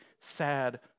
sad